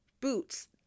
boots